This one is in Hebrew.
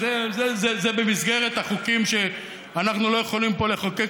זה במסגרת החוקים שאנחנו לא יכולים פה לחוקק,